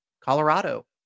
Colorado